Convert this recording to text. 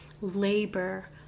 labor